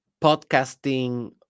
podcasting